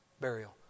burial